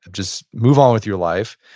just move on with your life.